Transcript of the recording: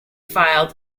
filed